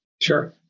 Sure